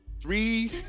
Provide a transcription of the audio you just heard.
three